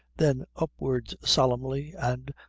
then upwards solemnly, and,